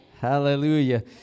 Hallelujah